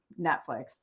Netflix